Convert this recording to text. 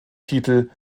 titel